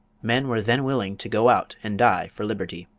men were then willing to go out and die for liberty.